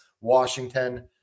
Washington